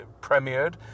premiered